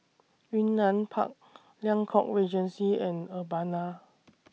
Yunnan Park Liang Court Regency and Urbana